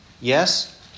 Yes